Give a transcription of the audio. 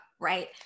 Right